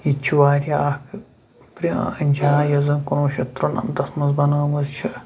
یہِ تہِ چھِ واریاہ اَکھ پرٛٲنۍ جاے یۄس زَن کُنوُہ شیٚتھ تُرٛنَمتھَس منٛز بَنٲومٕژ چھِ